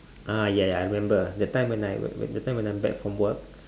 ah ya ya I remember that time when when when that time when I'm back from work